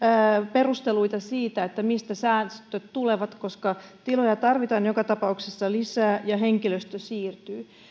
perusteluita edes sille mistä säästöt tulevat koska tiloja tarvitaan joka tapauksessa lisää ja henkilöstö siirtyy